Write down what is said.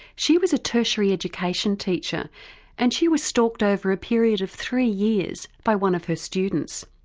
she was a tertiary education teacher and she was stalked over a period of three years by one of her students.